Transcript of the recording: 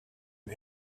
and